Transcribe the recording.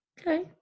Okay